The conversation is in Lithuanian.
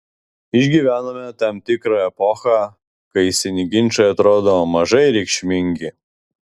išgyvenome tam tikrą epochą kai seni ginčai atrodo mažai reikšmingi